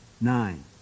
Nine